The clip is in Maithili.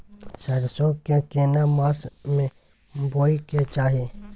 सरसो के केना मास में बोय के चाही?